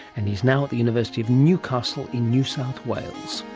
and he is now at the university of newcastle in new south wales